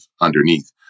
underneath